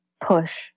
push